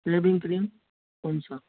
saving cream कौन सा